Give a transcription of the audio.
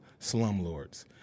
Slumlords